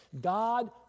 God